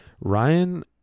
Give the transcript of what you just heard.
Ryan